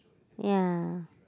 ya